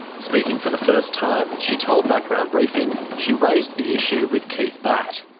speaking for the first time, she told background briefing she raised the issue with keith batt.